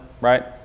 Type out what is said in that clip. right